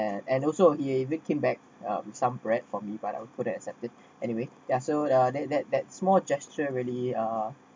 and and also if he even came back with some bread for me but I couldn't accepted anyway yeah so yeah that that that small gesture really uh